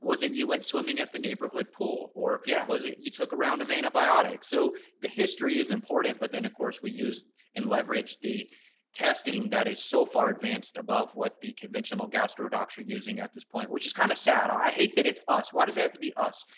was it you went swimming at the neighborhood pool or yeah was it you took a round of antibiotics. so the history is important. but then of course we use and leverage the testing that is so far advanced above what the conventional gastro doctor using at this point, which is kind of sad. i hate that it's us. why does it have to be us?